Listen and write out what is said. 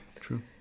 True